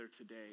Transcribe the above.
today